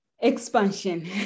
Expansion